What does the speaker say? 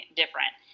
different